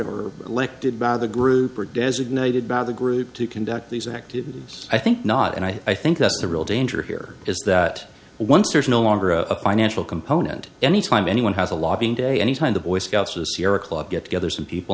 or elected by the group or designated by the group to conduct these activities i think not and i think that's the real danger here is that once there's no longer a financial component any time anyone has a lobbying day any time the boy scouts or the sierra club get together some people